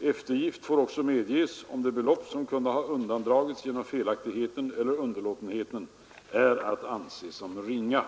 Eftergift får också medges om det belopp som kunde ha undandragits genom felaktigheten eller underlåtenheten är att anse som ringa.